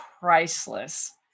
priceless